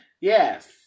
Yes